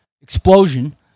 explosion